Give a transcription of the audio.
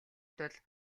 тул